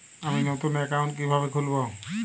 আমি নতুন অ্যাকাউন্ট কিভাবে খুলব?